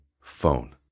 phone